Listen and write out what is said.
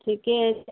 ठीके छै